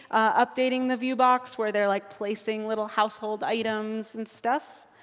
updating the viewbox, where they're like placing little household items and stuff.